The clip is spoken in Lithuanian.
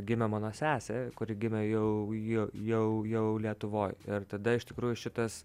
gimė mano sesė kuri gimė jau jau jau jau lietuvoje ir tada iš tikrųjų šitas